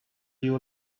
you